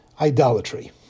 idolatry